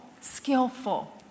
Skillful